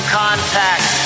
contact